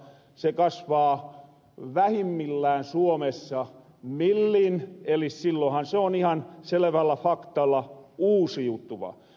se kasvaa vähimmillään suomessa millin eli silloinhan se on ihan selvällä faktalla uusiutuva